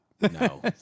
No